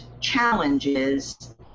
challenges